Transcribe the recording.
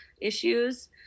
issues